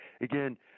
again